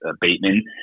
Bateman